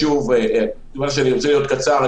כיוון שאני רוצה להיות קצר,